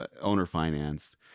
owner-financed